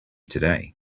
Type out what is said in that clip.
today